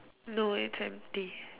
no it's empty